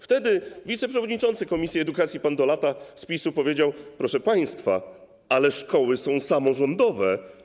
Wtedy wiceprzewodniczący komisji edukacji pan Dolata z PiS-u powiedział: proszę państwa, ale szkoły są samorządowe.